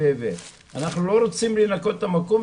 ואנחנו לא רוצים שינקו את המקום,